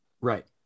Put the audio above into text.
Right